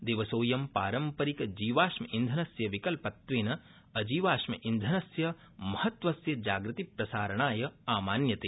दिवसोऽयं पारम्परिक जीवाश्म ईंधनस्य विकल्पत्वेन अजीवाश्म ईंधनस्य महत्वस्य जागृतिप्रसारणाय आमान्यते